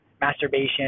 masturbation